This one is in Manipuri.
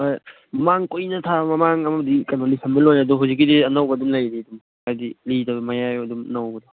ꯍꯣꯏ ꯃꯃꯥꯡ ꯀꯨꯏꯅ ꯊꯥ ꯃꯃꯥꯡ ꯑꯃꯗꯤ ꯀꯩꯅꯣꯅꯤ ꯂꯤꯁꯤꯟꯕ ꯂꯣꯏꯔꯦ ꯑꯗꯨ ꯍꯧꯖꯤꯛꯀꯤꯗꯤ ꯑꯅꯧꯕ ꯑꯗꯨꯝ ꯂꯩꯔꯤ ꯍꯥꯏꯗꯤ ꯂꯤꯗꯕ ꯃꯌꯥꯏ ꯑꯣꯏꯔꯞ ꯅꯧꯕꯗꯣ